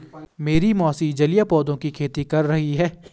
मेरी मौसी जलीय पौधों की खेती कर रही हैं